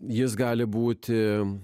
jis gali būti